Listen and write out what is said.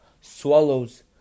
swallows